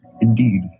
Indeed